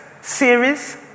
series